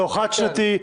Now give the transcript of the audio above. לא חד-שנתי,